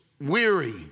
Weary